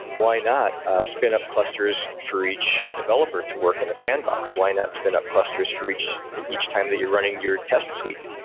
why not spin up clusters for each developer to work in a sandbox. why not spin up clusters for each each time that you're running your test suite?